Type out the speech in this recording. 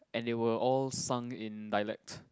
and they were all sung in dialect